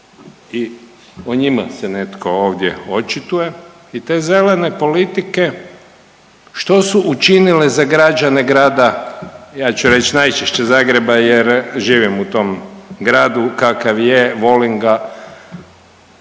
i o njima se netko ovdje očituje i te zelene politike što su učinile za građane grada ja ću reći najčešće Zagreba jer živim u tom gradu, kakav je volim ga.